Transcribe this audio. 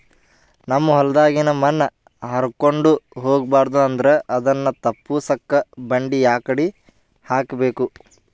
ನಮ್ ಹೊಲದಾಗಿನ ಮಣ್ ಹಾರ್ಕೊಂಡು ಹೋಗಬಾರದು ಅಂದ್ರ ಅದನ್ನ ತಪ್ಪುಸಕ್ಕ ಬಂಡಿ ಯಾಕಡಿ ಹಾಕಬೇಕು?